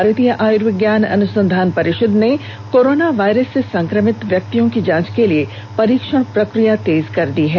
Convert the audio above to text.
भारतीय आयुर्विज्ञान अनुसंधान परिषद ने कोरोना वायरस से संक्रमित व्यक्तियों की जांच के लिए परीक्षण प्रक्रिया तेज कर दी है